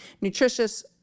nutritious